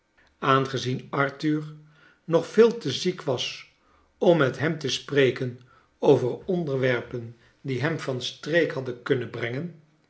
aangezien arthur nog veel te ziek was om met hem te spreken over onderwerpen die hem van streek hadden kunnen brengen